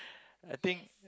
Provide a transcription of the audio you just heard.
I think